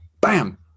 bam